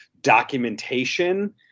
documentation